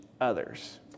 others